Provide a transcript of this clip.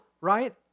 right